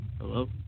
Hello